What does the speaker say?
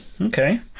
Okay